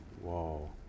Whoa